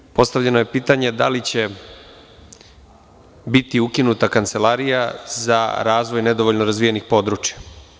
Naime, postavljeno je pitanje da li će biti ukinuta Kancelarija za razvoj nedovoljno razvijenih područja.